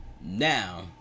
now